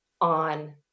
on